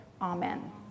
Amen